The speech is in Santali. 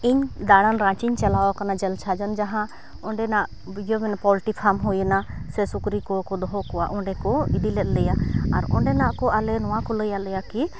ᱤᱧ ᱫᱟᱬᱟᱱ ᱨᱟᱸᱪᱤᱧ ᱪᱟᱞᱟᱣ ᱟᱠᱟᱱᱟ ᱡᱚᱞᱥᱟᱡᱚᱱ ᱡᱟᱦᱟᱸ ᱚᱸᱰᱮᱱᱟᱜ ᱢᱟᱱᱮ ᱯᱳᱞᱴᱤ ᱯᱷᱟᱨᱢ ᱦᱩᱭᱮᱱᱟ ᱥᱮ ᱥᱩᱠᱨᱤᱠᱚ ᱫᱚᱦᱚ ᱠᱚᱣᱟ ᱚᱸᱰᱮᱠᱚ ᱤᱫᱤᱞᱮ ᱞᱮᱭᱟ ᱟᱨ ᱚᱸᱰᱮᱱᱟᱜᱠᱚ ᱟᱞᱮ ᱱᱚᱣᱟᱠᱚ ᱞᱟᱹᱭᱟᱫᱞᱮᱭᱟ ᱠᱤ